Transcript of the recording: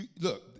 Look